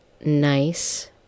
nice